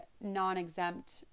non-exempt